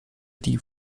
die